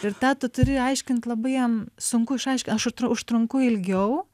ir tą tu turi aiškint labai jam sunku išaišk aš užtr užtrunku ilgiau